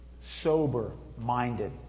sober-minded